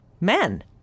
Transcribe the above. men